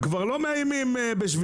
הם כבר לא מאיימים בשביתה,